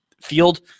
field